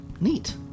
Neat